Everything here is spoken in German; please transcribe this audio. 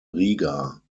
riga